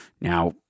Now